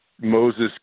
Moses